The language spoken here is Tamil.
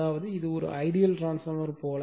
அதாவது இது ஒரு ஐடியல் டிரான்ஸ்பார்மர் போல